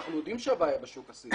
כשאנחנו יודעים שהבעיה בשוק הסיני